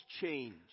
change